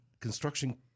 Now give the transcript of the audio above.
construction